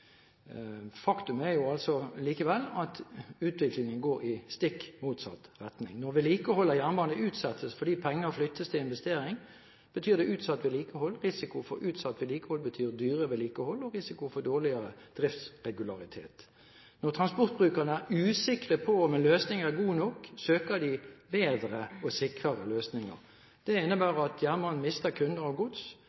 Faktum er jo likevel at utviklingen går i stikk motsatt retning. Når vedlikehold av jernbane utsettes fordi penger flyttes til investering, betyr det utsatt vedlikehold. Risiko for utsatt vedlikehold betyr jo dyrere vedlikehold og risiko for dårligere driftsregularitet. Når transportbrukerne er usikre på om en løsning er god nok, søker de bedre og sikrere løsninger. Det